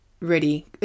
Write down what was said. ready